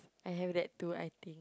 I have that too I think